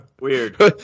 Weird